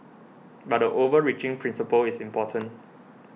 but the overreaching principle is important